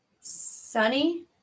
Sunny